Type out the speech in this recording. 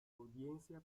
audiencia